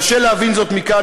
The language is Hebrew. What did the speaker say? קשה להבין זאת מכאן,